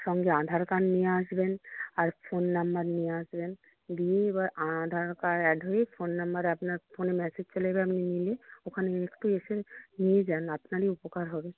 সঙ্গে আধার কার্ড নিয়ে আসবেন আর ফোন নাম্বার নিয়ে আসবেন দিয়ে এবার আধার কার্ড অ্যাড হয়ে ফোন নাম্বার আপনার ফোনে মেসেজ চলে যাবে নিয়ে ওখানে এসে একটু নিয়ে যান আপনারই উপকার হবে